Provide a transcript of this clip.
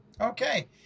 Okay